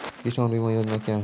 किसान बीमा योजना क्या हैं?